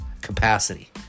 capacity